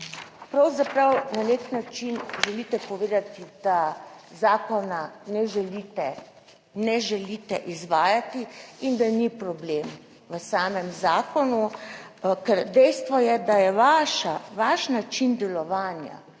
pravzaprav na nek način želite povedati, da zakona ne želite, ne želite izvajati in da ni problem v samem zakonu, ker dejstvo je, da je vaša, vaš način delovanja,